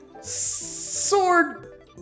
Sword